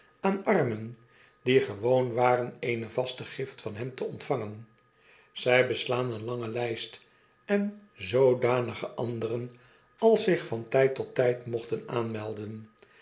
aan armen die gewoon waren eene vaste gift van hem te ontvarigen zij beslaan eene lange lyst en zoodanige anderen als zich van tyd tot tijd mochten aanmelden